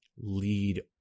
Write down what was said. lead